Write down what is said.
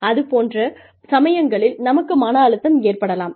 அது போன்ற சமயங்களில் நமக்கு மன அழுத்தம் ஏற்படலாம்